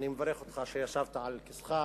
אני מברך אותך שישבת על כיסאך,